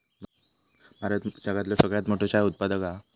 भारत जगातलो सगळ्यात मोठो चाय उत्पादक हा